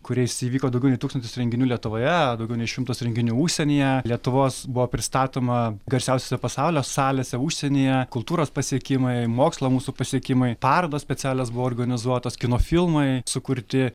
kuriais įvyko daugiau nei tūkstantis renginių lietuvoje daugiau nei šimtas renginių užsienyje lietuvos buvo pristatoma garsiausiose pasaulio salėse užsienyje kultūros pasiekimai mokslo mūsų pasiekimai parodos specialios buvo organizuotos kino filmai sukurti